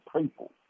people